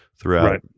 throughout